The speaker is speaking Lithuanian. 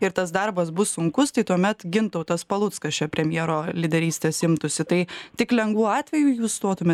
ir tas darbas bus sunkus tai tuomet gintautas paluckas šio premjero lyderystės imtųsi tai tik lengvu atveju jūs stotumėt